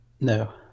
No